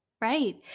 Right